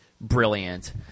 brilliant